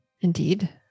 Indeed